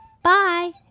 Bye